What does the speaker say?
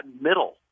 middle